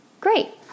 great